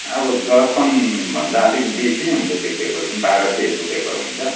अब दर्पणभन्दा अलिक बेसी नै हुन्छ त्यो पेपर पनि बाह्र पेजको पेपर हुन्छ